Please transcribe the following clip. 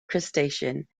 crustacean